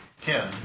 Ken